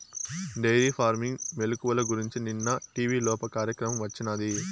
dairy farming మెలుకువల గురించి నిన్న టీవీలోప కార్యక్రమం వచ్చినాది